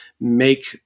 make